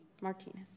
Martinez